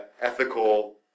ethical